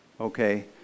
Okay